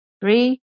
three